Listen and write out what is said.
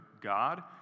God